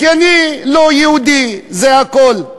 כי אני לא יהודי, וזה הכול.